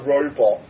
robot